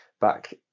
back